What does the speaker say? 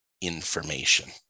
information